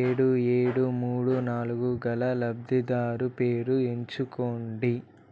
ఏడు ఏడు మూడు నాలుగు గల లబ్ధిదారు పేరు ఎంచుకోండి